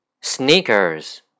sneakers